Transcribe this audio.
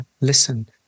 listen